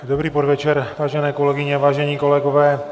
Dobrý podvečer, vážené kolegyně, vážení kolegové.